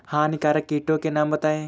हानिकारक कीटों के नाम बताएँ?